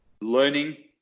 learning